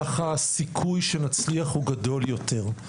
ככה הסיכוי שנצליח הוא גדול יותר.